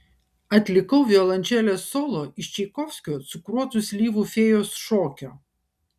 atlikau violončelės solo iš čaikovskio cukruotų slyvų fėjos šokio